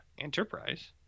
Enterprise